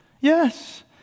Yes